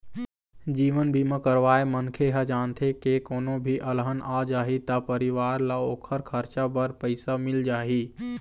जीवन बीमा करवाए मनखे ह जानथे के कोनो भी अलहन आ जाही त परिवार ल ओखर खरचा बर पइसा मिल जाही